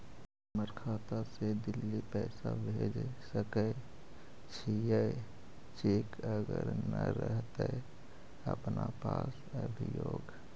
हमर खाता से दिल्ली पैसा भेज सकै छियै चेक अगर नय रहतै अपना पास अभियोग?